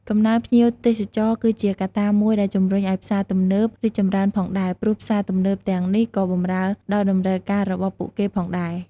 កំណើនភ្ញៀវទេសចរក៏ជាកត្តាមួយដែលជំរុញឲ្យផ្សារទំនើបរីកចម្រើនផងដែរ ព្រោះផ្សារទំនើបទាំងនេះក៏បម្រើដល់តម្រូវការរបស់ពួកគេផងដែរ។